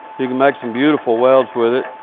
you can make some beautiful welds with it.